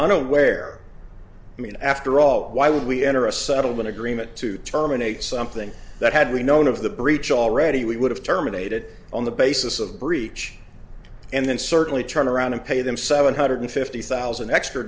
unaware i mean after all why would we enter a settlement agreement to terminate something that had we known of the breach already we would have terminated on the basis of breach and then certainly turn around and pay them seven hundred fifty thousand extra